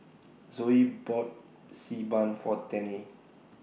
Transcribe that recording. Zoe bought Xi Ban For Tennie